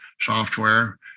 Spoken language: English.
software